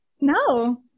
No